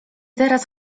teraz